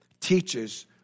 teaches